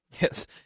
Yes